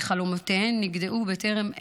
וחלומותיהן נגדעו בטרם עת.